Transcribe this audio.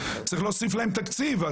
צריך להוסיף להם תקציב.